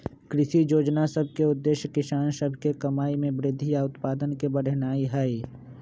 कृषि जोजना सभ के उद्देश्य किसान सभ के कमाइ में वृद्धि आऽ उत्पादन के बढ़ेनाइ हइ